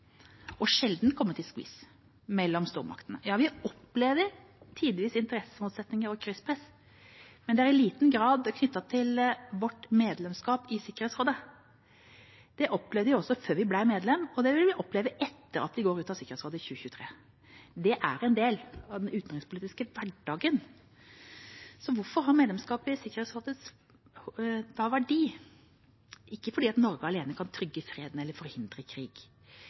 og sjelden kommet i skvis mellom stormaktene. Ja, vi opplever tidvis interessemotsetninger og krysspress, men det er i liten grad knyttet til vårt medlemskap i Sikkerhetsrådet. Det opplevde vi også før vi ble medlem, og det vil vi oppleve etter at vi går ut av Sikkerhetsrådet i 2023. Det er en del av den utenrikspolitiske hverdagen. Så hvorfor har medlemskapet i Sikkerhetsrådet verdi? Det er ikke fordi Norge alene kan trygge freden eller forhindre krig,